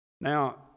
Now